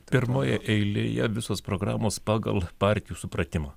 pirmoje eilėje visos programos pagal partijų supratimą